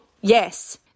yes